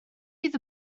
fydd